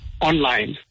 online